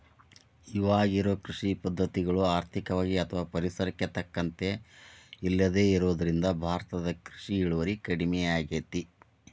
ಇವಾಗಿರೋ ಕೃಷಿ ಪದ್ಧತಿಗಳು ಆರ್ಥಿಕವಾಗಿ ಅಥವಾ ಪರಿಸರಕ್ಕೆ ತಕ್ಕಂತ ಇಲ್ಲದೆ ಇರೋದ್ರಿಂದ ಭಾರತದ ಕೃಷಿ ಇಳುವರಿ ಕಡಮಿಯಾಗೇತಿ